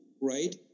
right